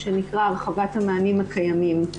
ושנקרא הרחבת המענים הקיימים.